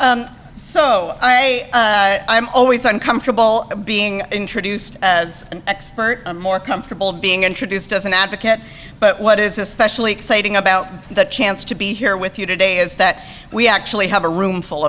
a i'm always uncomfortable being introduced as an expert i'm more comfortable being introduced as an advocate but what is especially exciting about the chance to be here with you today is that we actually have a room full